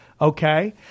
okay